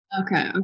Okay